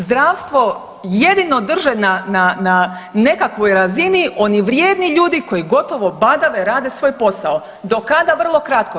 Zdravstvo jedino drže na, na, na nekakvoj razini, oni vrijedni ljudi koji gotovo badave rade svoj posao, do kada, vrlo kratko.